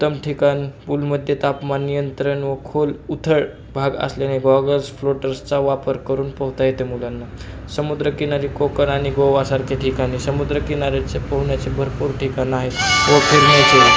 उत्तम ठिकाण पूलमध्ये तापमान नियंत्रण व खोल उथळ भाग असल्याने गॉगल्स फ्लोटर्सचा वापर करून पोहता येते मुलांना समुद्रकिनारी कोकण आणि गोवासारखे ठिकाणी समुद्रकिनाऱ्याचे पोहण्याचे भरपूर ठिकाणं आहेत व फिरण्याचेही